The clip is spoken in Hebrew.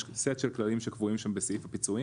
יש סט של כללים שקבועים שם בסעיף הפיצויים